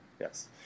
Yes